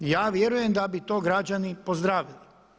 Ja vjerujem da bi to građani pozdravili.